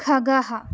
खगः